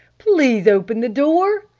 please open the door!